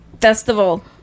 festival